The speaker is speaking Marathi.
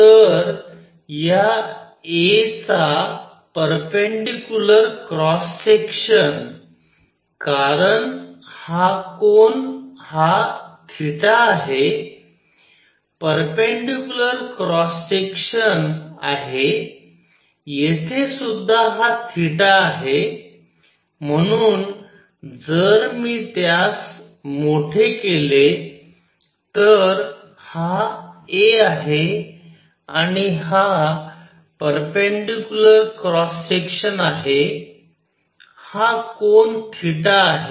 तर या a चा पेरपेंडीक्युलर क्रॉस सेक्शन कारण हा कोन हा थिटा आहे पेरपेंडीक्युलर क्रॉस सेक्शन आहे येथेसुद्धा हा थिटा आहे म्हणून जर मी त्यास मोठे केले तर हा a आहे आणि हा पेरपेंडीक्युलर क्रॉस सेक्शन आहे हा कोन थिटा आहे